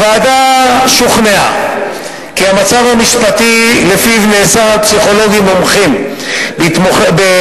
הוועדה שוכנעה כי המצב המשפטי שלפיו נאסר על פסיכולוגים מומחים בתחומי